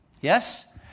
Yes